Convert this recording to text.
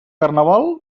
carnaval